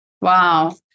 Wow